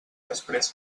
després